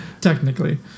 technically